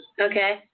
Okay